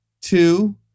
two